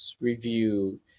review